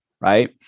right